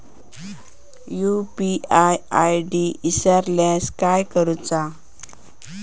UPI ID इसरल्यास काय करुचा?